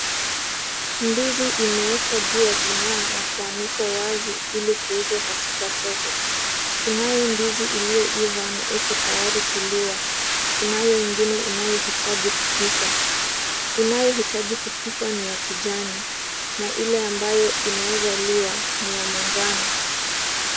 Ndizi imeekwa juu ya gunia na kuanikwa wazi ili kuuzwa katika soko. Kunayo ndizi iliyoiva na iko tayari kuliwa. Kunayo ingine inayohitaji kupikwa. Inayohitaji kupikwa ni ya kijani na ile ambayo inaweza liwa ni ya manjano.